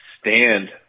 stand